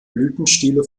blütenstiele